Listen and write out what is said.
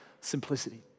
simplicity